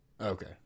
Okay